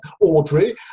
Audrey